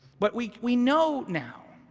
but we we know now